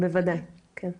בוודאי הם